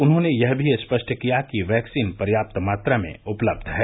उन्होंने यह भी स्पष्ट किया कि वैक्सीन पर्यात्त मात्रा में उपलब्ध है